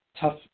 Tough